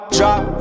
Drop